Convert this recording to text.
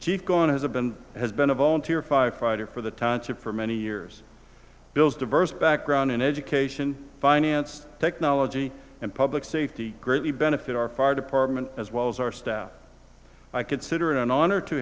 tikhon has a been has been a volunteer firefighter for the township for many years bill's diverse background in education finance technology and public safety greatly benefit our fire department as well as our staff i consider it an honor to